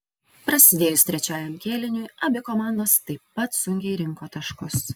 prasidėjus trečiajam kėliniui abi komandos taip pat sunkiai rinko taškus